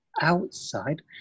outside